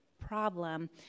problem